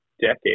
decade